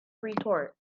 retort